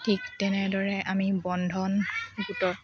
ঠিক তেনেদৰে আমি বন্ধন গোটত